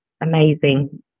amazing